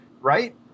right